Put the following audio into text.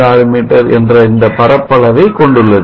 156 metre என்ற இந்த பரப்பளவைக் கொண்டுள்ளது